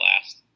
last